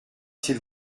s’il